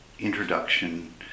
introduction